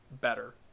better